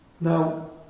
Now